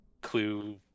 clue